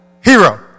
Hero